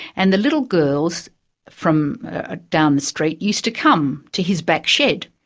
and the little girls from ah down the street used to come to his back shed,